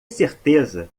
certeza